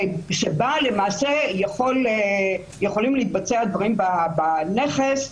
שבה למעשה יכולים להתבצע דברים בנכס,